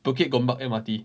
bukit gombak M_R_T